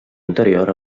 anterior